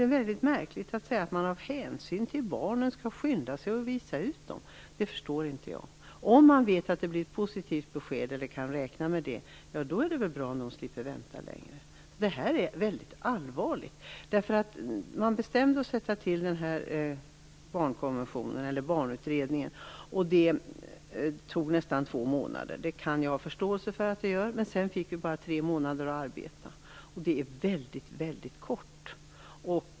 Det är väldigt märkligt att säga att man av hänsyn till barnen skall skynda sig att visa ut dem. Detta förstår inte jag. Om de kan räkna med ett positivt besked, är det väl bra om de slipper vänta längre. Detta är väldigt allvarligt. Man beslutade att tillsätta Barnutredningen, och det tog nästan två månader. Det kan jag ha förståelse för att det gjorde. Men sedan fick utredningen bara tre månader på sig att arbeta, vilket är en väldigt kort tid.